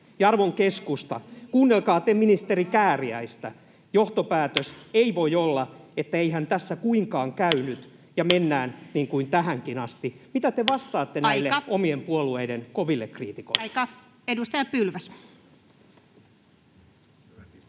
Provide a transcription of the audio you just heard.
arvon keskusta, kuunnelkaa te ministeri Kääriäistä: ”Johtopäätös ei voi olla, että ’eihän tässä kuitenkaan käynyt’ ja ’mennään niin kuin tähänkin asti’.” Mitä te vastaatte [Puhemies: Aika!] näille omien puolueiden koville kriitikoille? Edustaja Kulmuni.